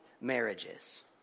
marriages